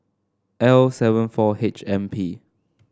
L seven four H M P